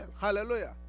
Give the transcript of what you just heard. Hallelujah